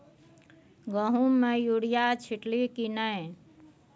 गहुम मे युरिया छीटलही की नै?